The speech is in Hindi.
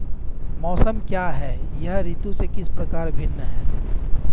मौसम क्या है यह ऋतु से किस प्रकार भिन्न है?